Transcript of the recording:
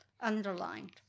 underlined